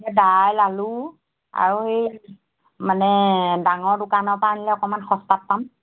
দাইল আলু আৰু সেই মানে ডাঙৰ দোকানৰ পৰা আনিলে অকণমান সস্তাত পাম